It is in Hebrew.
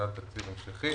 בשנת תקציב המשכי.